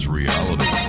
reality